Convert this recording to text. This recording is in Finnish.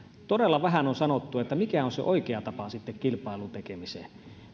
todella vähän on sanottu mikä on sitten se oikea tapa kilpailun tekemiseen